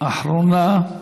אחרונה.